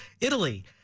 Italy